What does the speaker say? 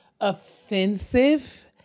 offensive